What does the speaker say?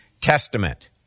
Testament